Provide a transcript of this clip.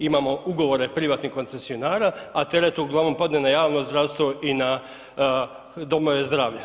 Imamo ugovore privatnih koncesionara, a teret uglavnom padne na javno zdravstvo i na domove zdravlja.